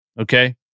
Okay